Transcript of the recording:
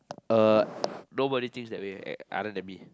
uh nobody thinks that way other than me